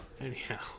Anyhow